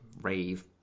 rave